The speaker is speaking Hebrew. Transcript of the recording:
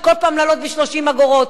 של כל פעם להעלות ב-30 אגורות,